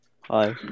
Hi